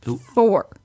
Four